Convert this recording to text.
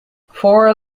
four